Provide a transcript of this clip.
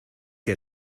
que